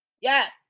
Yes